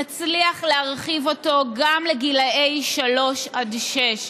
נצליח להרחיב אותו גם לגילי שלוש עד שש,